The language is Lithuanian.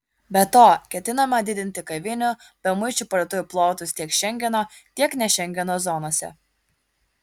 be to ketinama didinti kavinių bemuičių parduotuvių plotus tiek šengeno tiek ne šengeno zonose